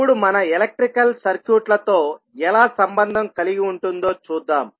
ఇప్పుడు మన ఎలక్ట్రికల్ సర్క్యూట్లతో ఎలా సంబంధం కలిగి ఉంటుందో చూద్దాం